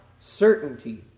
certainty